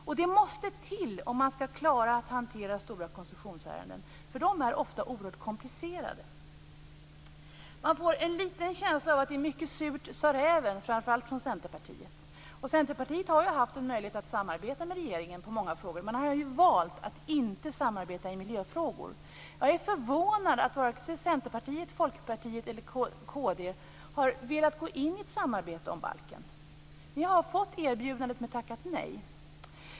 Och det måste till om man skall klara att hantera stora koncessionsärenden, för de är ofta oerhört komplicerade. Man får en känsla av att det är mycket "surt sa räven" - framför allt från Centerpartiet. Centerpartiet har ju haft möjlighet att samarbeta med regeringen i många frågor. Man har valt att inte samarbeta i miljöfrågor. Jag är förvånad att vare sig Centerpartiet, Folkpartiet eller kd har velat gå in i ett samarbete om balken. Ni har fått erbjudandet men tackat nej.